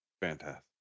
fantastic